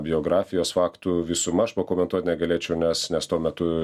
biografijos faktų visuma aš pakomentuot negalėčiau nes nes tuo metu